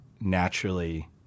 naturally